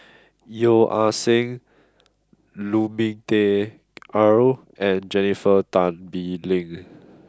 Yeo Ah Seng Lu Ming Teh Earl and Jennifer Tan Bee Leng